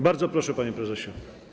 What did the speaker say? Bardzo proszę, panie prezesie.